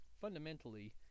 fundamentally